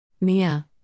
Mia